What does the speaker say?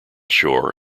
shore